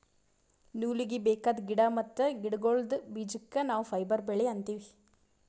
ನೂಲೀಗಿ ಬೇಕಾದ್ ಗಿಡಾ ಮತ್ತ್ ಗಿಡಗೋಳ್ದ ಬೀಜಕ್ಕ ನಾವ್ ಫೈಬರ್ ಬೆಳಿ ಅಂತೀವಿ